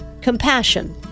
compassion